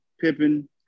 Pippen